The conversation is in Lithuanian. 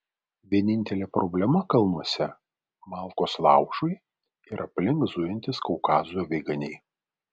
vienintelė problema kalnuose malkos laužui ir aplink zujantys kaukazo aviganiai